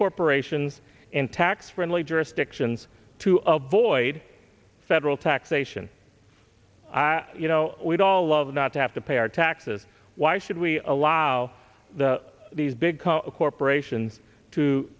corporations in tax friendly jurisdictions to avoid federal taxation i you know we'd all love not to have to pay our taxes why should we allow these big corporations to